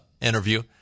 interview